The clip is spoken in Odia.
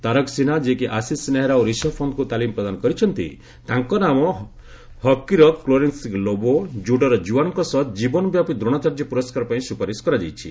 ତାରକ ସିହ୍ନା ଯିଏକି ଆଶିଶ ନେହେରା ଓ ରିଷଭ ପନ୍ଚୁଙ୍କୁ ତାଲିମ ପ୍ରଦାନ କରିଛନ୍ତି ତାଙ୍କ ନାମ ନାମ ହକିର କ୍ଲାରେନ୍ନି ଲୋବୋ କ୍ରୁଡୋର ଜିୱାନଙ୍କ ସହ ଜୀବନବ୍ୟାପୀ ଦ୍ରୋଣାଚାର୍ଯ୍ୟ ପୁରସ୍କାର ପାଇଁ ସୁପାରିଶ କରାଯାଇଛି